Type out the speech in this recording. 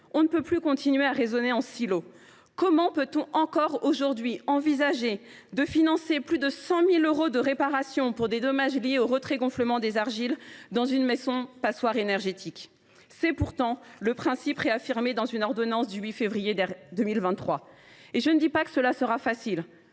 On ne peut pas continuer à raisonner en silos ! Comment peut on, aujourd’hui encore, envisager de financer plus de 100 000 euros de réparations de dommages liés au retrait gonflement des argiles dans une maison qui est une passoire énergétique ? C’est pourtant le principe réaffirmé dans une ordonnance du 8 février 2023 ! Je ne dis pas que ce sera facile